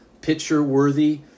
picture-worthy